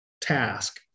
task